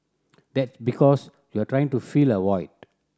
that's because you're trying to fill a void